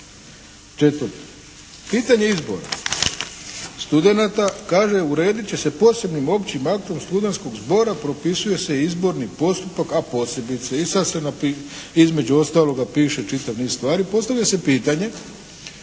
Četvrto. Pitanje izbora studenata. Kaže, uredit će se posebnim općim aktom studentskog zbora, propisuje se i izborni postupak, a posebice. I sad se između ostaloga piše čitav niz stvari. Postavlja se pitanje